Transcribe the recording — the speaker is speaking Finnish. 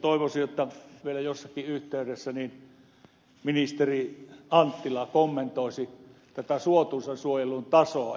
toivoisin että vielä jossakin yhteydessä ministeri anttila kommentoisi tätä suotuisan suojelun tasoa